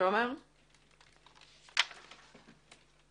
הטיעון של משרד המשפטים אכן